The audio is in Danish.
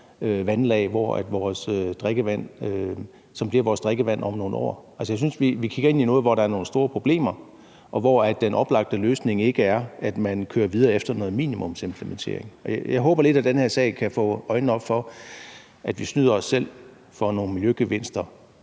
vandlag, som bliver vores drikkevand om nogle år? Jeg synes, at vi kigger ind i noget, hvor der er nogle store problemer, og hvor den oplagte løsning ikke er at køre videre efter noget minimumsimplementering. Jeg håber lidt, at den her sag kan gøre, at vi får øjnene op for, at vi snyder os selv for nogle miljøgevinster